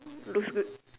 look's good